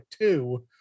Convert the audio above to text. two